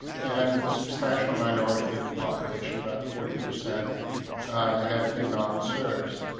and the substantial minority of the population about forty percent had been non-serbs,